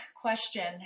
question